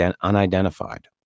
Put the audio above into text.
unidentified